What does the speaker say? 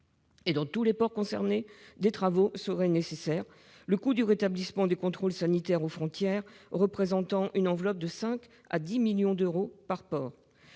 Et dans tous les ports concernés, des travaux seraient nécessaires, le coût du rétablissement du contrôle sanitaire aux frontières représentant une enveloppe de 5 à 10 millions d'euros par port.